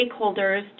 stakeholders